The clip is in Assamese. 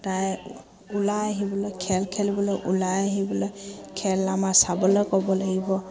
তাই ওলাই আহিবলৈ খেল খেলিবলৈ ওলাই আহিবলৈ খেল আমাৰ চাবলৈ ক'ব লাগিব